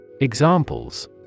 Examples